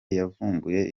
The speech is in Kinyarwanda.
yavumbuye